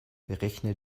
berechne